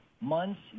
months